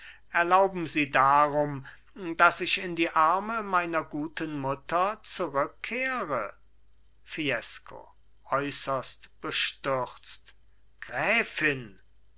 erlauben sie darum daß ich in die arme meiner guten mutter zurückkehre fiesco äußerst bestürzt gräfin